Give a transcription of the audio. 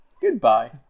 Goodbye